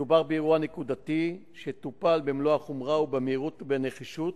מדובר באירוע נקודתי שטופל במלוא החומרה ובמהירות ונחישות,